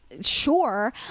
Sure